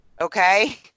okay